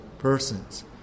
persons